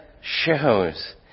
shows